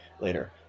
later